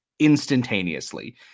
instantaneously